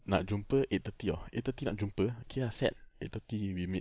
nak jumpa eight thirty ah eight thirty nak jumpa okay ah set eight thirty we meet